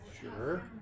Sure